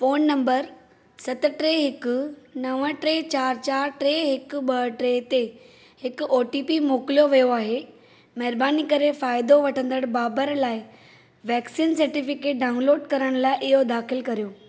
phone number सत टे हिकु नव टे चार चार टे हिकु ॿ टे ते हिकु ओटीपी मोकिलियो वयो आहे महिरबानी करे फ़ाइदो वठंदड़ बाबर लाइ वैक्सिन सर्टिफिकेट डाउनलोड करण लाइ इहो दाख़िल करियो